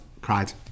Cried